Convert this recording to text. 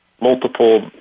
multiple